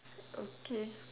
okay